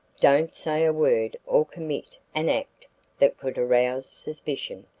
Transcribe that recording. don't say a word or commit an act that could arouse suspicion.